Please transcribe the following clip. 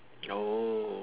oh